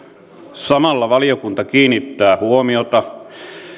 samalla valiokunta kiinnittää huomiota